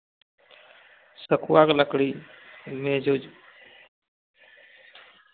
सखुआ के लकड़ी मेज उज